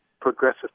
progressive